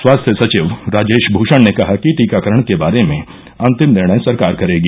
स्वास्थ्य सचिव राजेश भूषण ने कहा कि टीकाकरण के बारे में अंतिम निर्णय सरकार करेगी